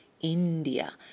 India